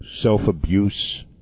self-abuse